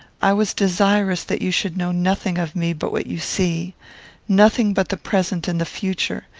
i was desirous that you should know nothing of me but what you see nothing but the present and the future,